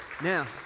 Now